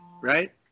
right